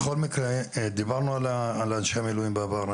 בכל מקרה, דיברנו על אנשי המילואים בעבר.